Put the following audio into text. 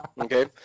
Okay